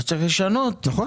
זה חלק